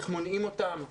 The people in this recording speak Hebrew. איך מונעים אותן,